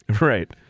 Right